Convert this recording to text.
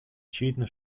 очевидно